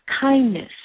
kindness